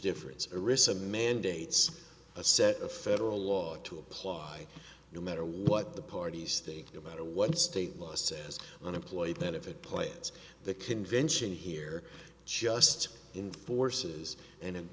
difference arisa mandates a set of federal law to apply no matter what the parties think about what state law says unemployed benefit plates the convention here just in forces and